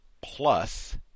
plus